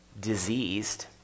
diseased